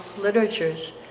literatures